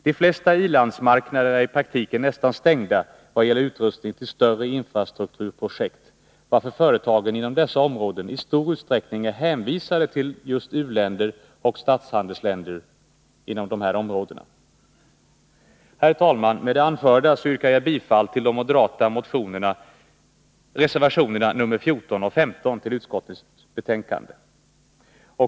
De flesta i-landsmarknader är i praktiken nästan stängda vad gäller utrustning till större infrastrukturprojekt, varför företagen inom dessa områden i stor utsträckning är hänvisade till just u-länder och statshandelsländer. Herr talman! Med det anförda yrkar jag bifall till de moderata reservationerna 14 och 15 till utskottets betänkande.